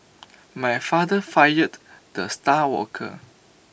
my father fired the star worker